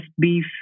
beef